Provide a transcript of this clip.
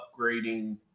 upgrading